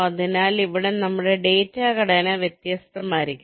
അതിനാൽ ഇവിടെ നമ്മുടെ ഡാറ്റ ഘടന വ്യത്യസ്തമായിരിക്കും